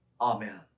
Amen